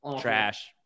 Trash